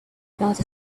about